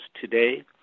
today